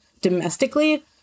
domestically